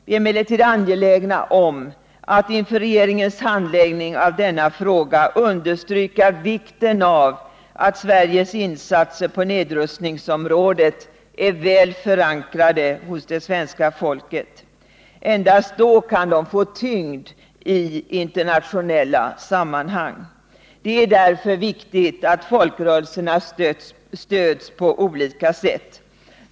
Vi är emellertid angelägna om att inför regeringens handläggning av denna fråga understryka vikten av att Sveriges insatser på nedrustningsområdet är väl förankrade hos det svenska folket. Endast då kan de få tyngd i internationella sammanhang. Det är därför viktigt att folkrörelserna stöds på olika sätt.